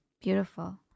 Beautiful